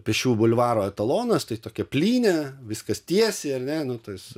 pėsčiųjų bulvaro etalonas tai tokia plynė viskas tiesiai ar ne nu tas